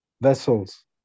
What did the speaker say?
vessels